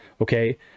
okay